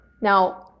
now